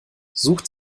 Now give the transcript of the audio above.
sucht